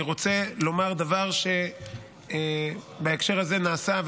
אני רוצה לומר דבר שבהקשר הזה נעשה,